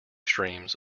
streams